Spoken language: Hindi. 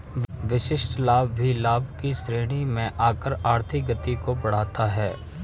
विशिष्ट लाभ भी लाभ की श्रेणी में आकर आर्थिक गति को बढ़ाता है